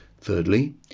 Thirdly